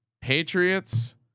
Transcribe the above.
Patriots